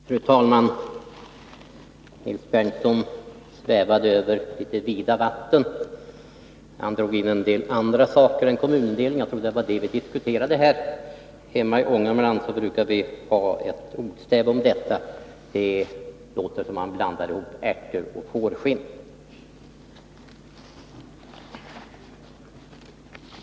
Fru talman! Nils Berndtson svävade över litet vida vatten. Han drog in en del andra saker än kommunindelningen. Jag trodde dock att det var den vi diskuterade här. Hemma i Ångermanland har vi ett ordstäv om detta: Det låter som om man blandar ärtor och fårskinn.